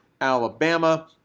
Alabama